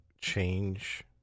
change